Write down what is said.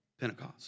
Pentecost